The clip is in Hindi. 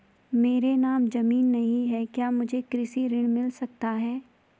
मेरे नाम ज़मीन नहीं है क्या मुझे कृषि ऋण मिल सकता है?